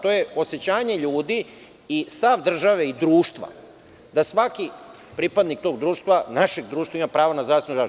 To je osećanje ljudi i stav države i društva, da svaki pripadnik tog društva, našeg društva ima pravo na zdravstvenu zaštitu.